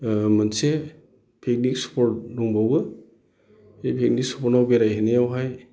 मोनसे picnic spot दंबावो बे पिकनिक स्प'टआव बेरायहैनायावहाय